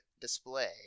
display